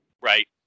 Right